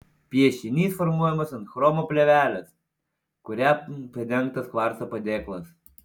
piešinys formuojamas ant chromo plėvelės kuria padengtas kvarco padėklas